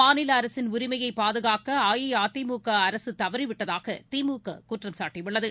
மாநிலஅரசின் உரிமைய் பாதுகாக்கஅஇஅதிமுகஅரசுதவறிவிட்டதாகதிமுககுற்றம் சாட்டியுள்ளது